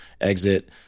exit